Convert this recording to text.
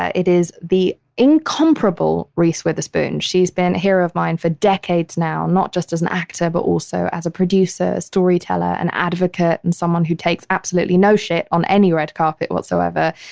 it is the incomparable reese witherspoon. she's been a hero of mine for decades now, not just as an actor, but also as a producer, storyteller and advocate, and someone who takes absolutely no shit on any red carpet whatsoever.